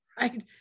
right